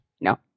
No